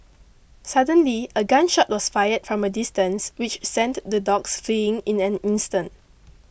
suddenly a gun shot was fired from a distance which sent the dogs fleeing in an instant